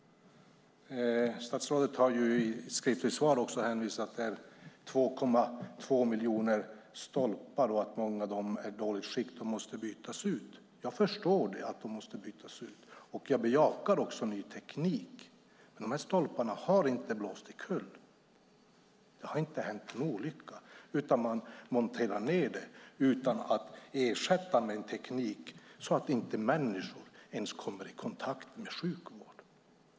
Statsrådet har i ett skriftligt svar också hänvisat till att det är 2,2 miljoner stolpar och att många av dem är i dåligt skick och måste bytas ut. Jag förstår att de måste bytas ut, och jag bejakar också ny teknik. De här stolparna har inte blåst omkull. Det har inte hänt någon olycka. Man monterar ned utan att ersätta med en teknik, så människor kommer inte ens i kontakt med sjukvården.